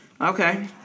Okay